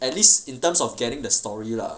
at least in terms of getting the story lah